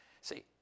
See